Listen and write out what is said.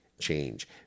change